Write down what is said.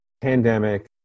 pandemic